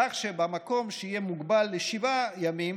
כך שבמקום שיהיה מוגבל לשבעה ימים